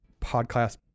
podcast